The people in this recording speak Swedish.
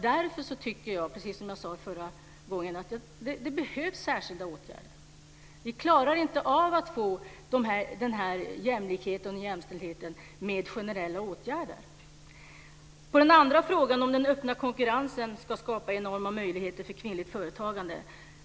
Därför tycker jag, precis som jag sade förra gången, att det behövs särskilda åtgärder. Vi klarar inte av att få den här jämlikheten och jämställdheten med generella åtgärder. Den andra frågan var om den öppna konkurrensen ska skapa enorma möjligheter för kvinnligt företagande.